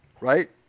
Right